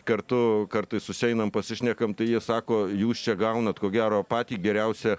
kartu kartais susieinam pasišnekam tai jie sako jūs čia gaunat ko gero patį geriausią